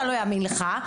אני לא אאמין לך,